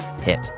hit